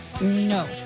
No